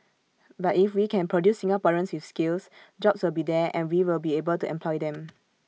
but if we can produce Singaporeans with skills jobs will be there and we will be able to employ them